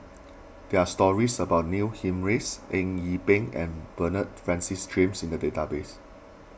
there are stories about Neil Humphreys Eng Yee Peng and Bernard Francis James in the database